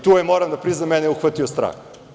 Tu je, moram da priznam, mene uhvatio strah.